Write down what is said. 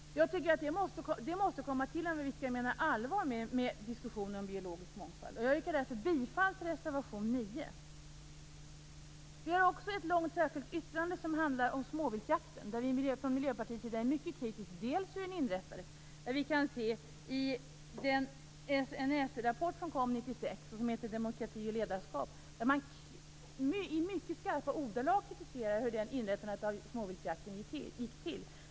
Jag tycker att det är något som måste komma till om vi menar allvar med diskussionen om biologisk mångfald. Jag yrkar därför bifall till reservation nr 9. Vi har också ett långt särskilt yttrande som handlar om småviltsjakten. Från Miljöpartiets sida är vi mycket kritiska till hur den inrättades. I den SNF rapport som kom 1996 och som heter Demokrati och ledarskap kritiseras i mycket skarpa ordalag hur inrättandet av småviltsjakten gick till.